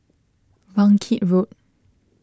Bangkit Road